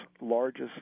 largest